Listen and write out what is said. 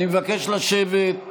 אני מבקש לשבת.